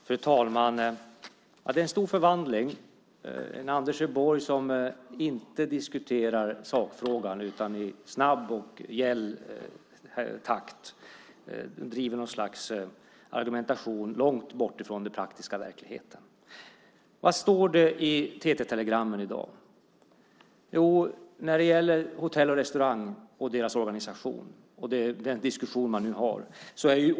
Fru talman! Det är en stor förvandling. Det är en Anders Borg som inte diskuterar sakfrågan utan i snabb takt och gäll ton driver något slags argumentation långt bortifrån den praktiska verkligheten. Vad står det i TT-telegrammen i dag? Det gäller organisationen Hotell och Restaurang och den diskussion man nu har.